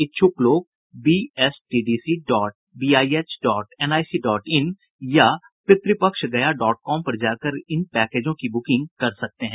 इच्छुक लोग BSTDC dot BIH dot NIC dot in या पितृपक्षगया डॉट कॉम पर जाकर इन पैकेजों की बुकिंग कर सकते हैं